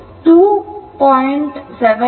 7274 2